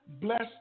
Bless